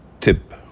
Tip